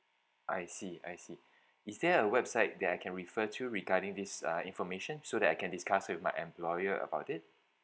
I see I see is there a website that I can refer to regarding this uh information so that I can discuss with my employer about it